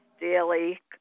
Daily